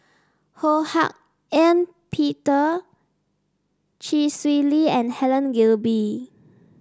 Ho Hak Ean Peter Chee Swee Lee and Helen Gilbey